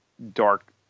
Dark